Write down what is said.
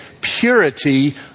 purity